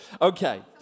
okay